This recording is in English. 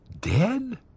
Dead